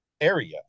area